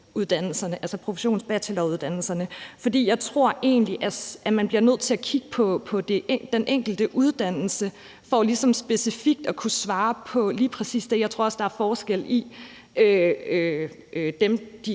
alle professionsbacheloruddannelserne. For jeg tror egentlig, man bliver nødt til at kigge på den enkelte uddannelse for ligesom specifikt at kunne svare på lige præcis det. Jeg tror også, der er en forskel på det, de